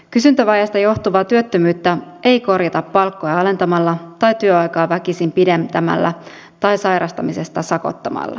kysyntävajeesta johtuvaa työttömyyttä ei korjata palkkoja alentamalla tai työaikaa väkisin pidentämällä tai sairastamisesta sakottamalla